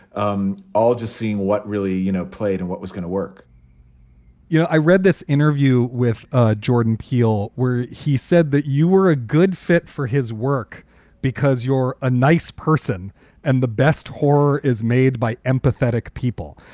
um all just seeing what really, you know, played and what was going to work you know, i read this interview with ah jordan peele where he said that you were a good fit for his work because you're a nice person and the best horror is made by empathetic people.